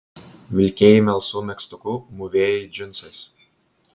vilkėjai melsvu megztuku mūvėjai džinsais